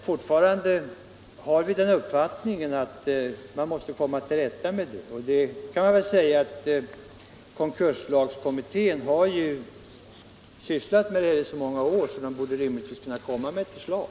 Fortfarande har vi emellertid den uppfattningen att man måste komma till rätta med det här problemet, och man kan väl säga att konkurslagskommittén har arbetat med frågan i så många år att det nu rimligtvis borde kunna framläggas ett förslag.